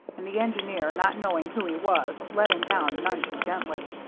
and the engineer, not knowing who he was, let him down none too gently.